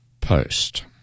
post